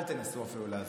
אל תנסו אפילו להסביר.